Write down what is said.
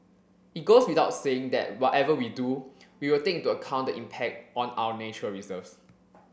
it goes without saying that whatever we do we will take into account the impact on our nature reserves